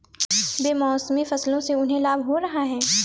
बेमौसमी फसलों से उन्हें लाभ हो रहा है